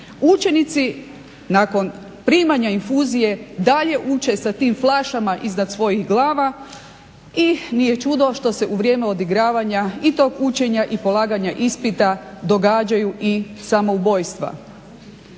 Učenici nakon primanja infuzije dalje uče sa tim flašama iznad svojih glava i nije čudo što se u vrijeme odigravanja i tog učenja i polaganja ispita događaju i samoubojstva.